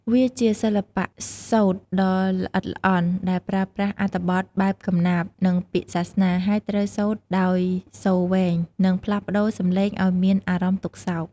វាជាសិល្បៈសូត្រដ៏ល្អិតល្អន់ ដែលប្រើប្រាស់អត្ថបទបែបកំណាព្យ និងពាក្យសាសនា ហើយត្រូវសូត្រដោយសូរវែង និងផ្លាស់ប្ដូរសំឡេងឲ្យមានអារម្មណ៍ទុក្ខសោក។